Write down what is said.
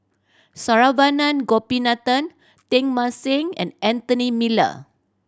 Saravanan Gopinathan Teng Mah Seng and Anthony Miller